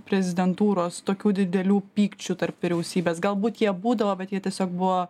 prezidentūros tokių didelių pykčių tarp vyriausybės galbūt jie būdavo bet jie tiesiog buvo